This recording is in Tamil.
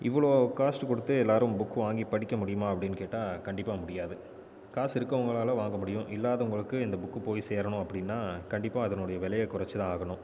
இவ்வளோ காஸ்ட் கொடுத்து எல்லோரும் புக் வாங்கி படிக்க முடியுமா அப்படின்னு கேட்டால் கண்டிப்பாக முடியாது காசு இருக்கிறவங்களால வாங்க முடியும் இல்லாதவங்களுக்கு இந்த புக்கு போய் சேரணும் அப்படின்னா கண்டிப்பாக அதனுடைய விலையை குறைச்சி தான் ஆகணும்